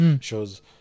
shows